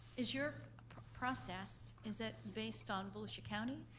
is your process, is it based on volusia county